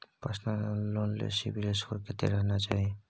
Personal loan ले CIBIL score कत्ते रहना चाही?